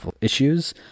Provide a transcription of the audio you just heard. issues